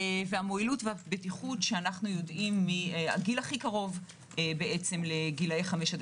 והמועילות והבטיחות שאנו יודעים מהגיל הכי קרוב לגילאי 5 עד